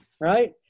Right